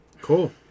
cool